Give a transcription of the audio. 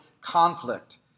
conflict